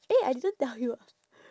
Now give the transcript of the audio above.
eh I didn't tell you ah